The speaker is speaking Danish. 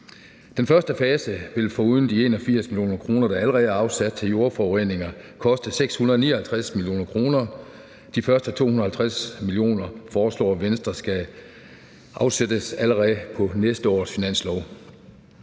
Den første fase vil foruden de 81 mio. kr., der allerede er afsat til jordforureninger, koste 659 mio. kr. De første 250 mio. kr. foreslår Venstre skal afsættes allerede på næste års finanslov.